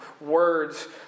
words